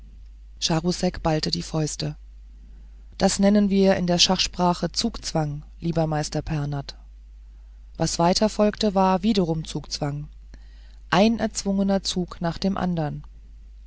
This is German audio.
charousek ballte die fäuste das nennen wir in der schachsprache zugzwang lieber meister pernath was weiter folgte war wiederum zugzwang ein erzwungener zug nach dem andern